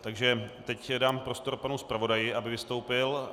Takže teď dám prostor panu zpravodaji, aby vystoupil.